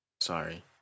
Sorry